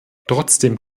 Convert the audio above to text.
trotzdem